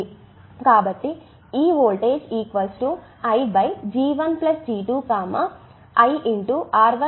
కాబట్టి ఈ voltage I G 1 G 2 ఇది I R 1 R 2 R 1 R 2 కి సమానం